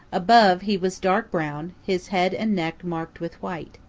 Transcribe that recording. above he was dark brown, his head and neck marked with white.